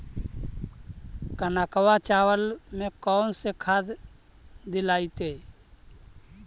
कनकवा चावल में कौन से खाद दिलाइतै?